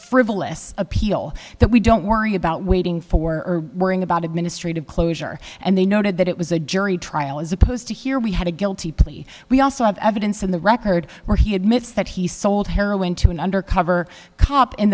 frivolous appeal that we don't worry about waiting for worrying about administrative closure and they noted that it was a jury trial as opposed to here we had a guilty plea we also have evidence in the record where he admits that he sold heroin to an undercover cop in